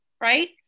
right